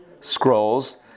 scrolls